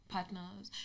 Partners